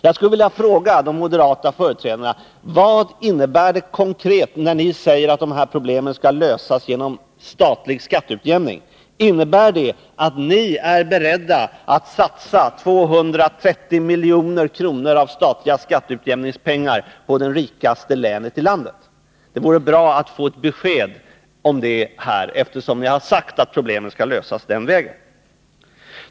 Jag skulle vilja fråga de moderata företrädarna: Vad innebär det konkret när ni säger att de här problemen skall lösas genom den statliga skatteutjämningen? Innebär det att ni är beredda att satsa 230 milj.kr. i statliga skatteutjämningspengar på det rikaste länet i landet? Det vore bra att få besked om detta här, eftersom ni har sagt att problemen skall lösas denna väg.